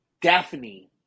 Daphne